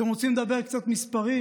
אתם רוצים לדבר קצת מספרים?